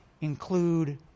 include